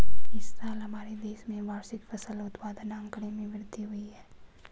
इस साल हमारे देश में वार्षिक फसल उत्पादन आंकड़े में वृद्धि हुई है